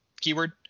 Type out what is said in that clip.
keyword